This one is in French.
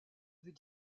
veux